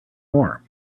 more